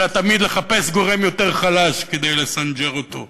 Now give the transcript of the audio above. אלא תמיד לחפש גורם יותר חלש כדי לסנג'ר אותו,